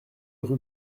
rue